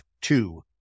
two